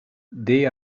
they